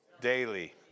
Daily